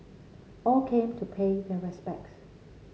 all came to pay their respects